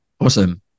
Awesome